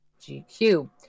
GQ